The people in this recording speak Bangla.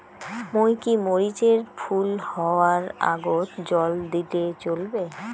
মুই কি মরিচ এর ফুল হাওয়ার আগত জল দিলে চলবে?